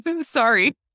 Sorry